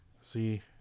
See